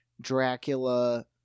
Dracula